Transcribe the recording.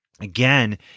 Again